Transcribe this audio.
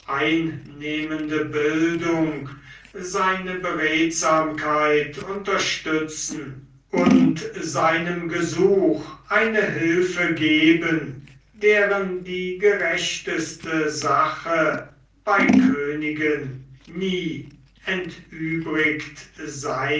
einnehmende bildung seine beredsamkeit unterstützen und seinem gesuch eine hilfe geben deren die gerechteste sache bei königen nie entübrigt